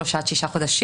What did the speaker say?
שלושה עד תשעה חודשים.